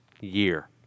year